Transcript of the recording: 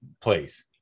place